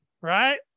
Right